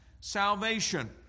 salvation